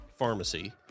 pharmacy